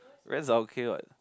rats are okay what